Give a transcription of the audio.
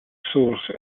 source